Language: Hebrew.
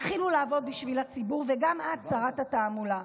תתחילו לעבוד בשביל הציבור, וגם את, שרת התעמולה.